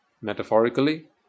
metaphorically